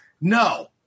No